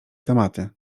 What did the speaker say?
tematy